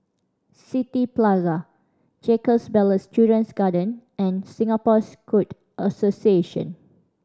City Plaza Jacob Ballas Children's Garden and Singapore Scout Association